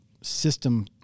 system